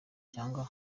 cyangwa